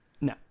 No